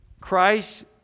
Christ